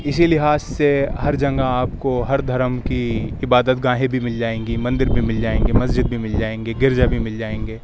اسی لحاظ سے ہر جنگہ آپ کو ہر دھرم کی عبادت گاہیں بھی مل جائیں گی مندر بھی مل جائیں گے مسجد بھی مل جائیں گی گرجا بھی مل جائیں گے